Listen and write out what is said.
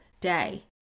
day